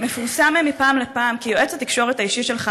תודה לך,